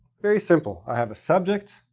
very simple. i have a subject,